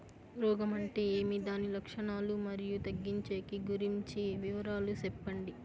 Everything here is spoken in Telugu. రోగం అంటే ఏమి దాని లక్షణాలు, మరియు తగ్గించేకి గురించి వివరాలు సెప్పండి?